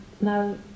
no